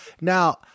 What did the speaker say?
now